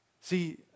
See